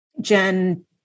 Jen